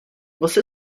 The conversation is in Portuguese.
você